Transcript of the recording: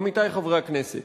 עמיתי חברי הכנסת,